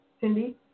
Cindy